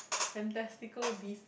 fantastical beast